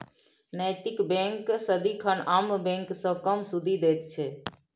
नैतिक बैंक सदिखन आम बैंक सँ कम सुदि दैत छै